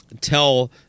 tell